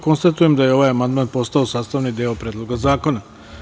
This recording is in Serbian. Konstatujem da je ovaj amandman postao sastavni deo Predloga zakona.